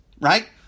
right